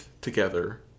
together